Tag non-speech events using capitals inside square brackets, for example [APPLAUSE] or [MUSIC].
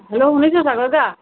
hello শুনিছোঁ [UNINTELLIGIBLE]